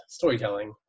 storytelling